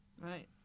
Right